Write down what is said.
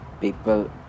people